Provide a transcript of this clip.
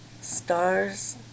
stars